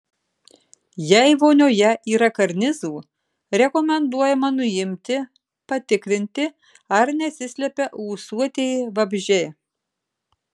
jei vonioje yra karnizų rekomenduojama nuimti patikrinti ar nesislepia ūsuotieji vabzdžiai